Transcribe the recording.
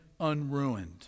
unruined